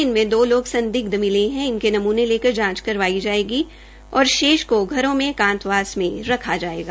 इनमें दो लोग संदिग्ध मिले है इनके नमूने लेकर ांच करवाई स ायेगी और शेष को घरों में एकांतवास में रखा स ायेगा